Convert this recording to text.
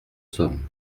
somme